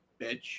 bitch